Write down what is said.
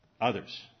Others